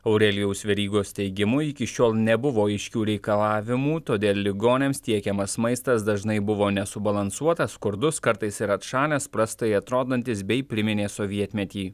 aurelijaus verygos teigimu iki šiol nebuvo aiškių reikalavimų todėl ligoniams tiekiamas maistas dažnai buvo nesubalansuotas skurdus kartais ir atšalęs prastai atrodantis bei priminė sovietmetį